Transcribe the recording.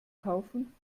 kaufen